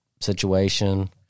situation